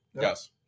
yes